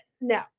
no